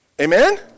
Amen